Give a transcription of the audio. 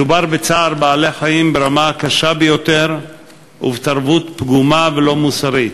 מדובר בצער בעלי-חיים ברמה הקשה ביותר ובתרבות פגומה ולא מוסרית.